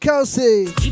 Kelsey